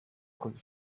could